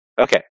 Okay